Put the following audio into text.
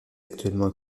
actuellement